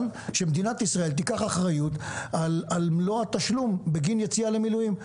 שמדינת ישראל תיקח אחריות על מלוא התשלום בגין יציאה למילואים.